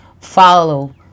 follow